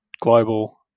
global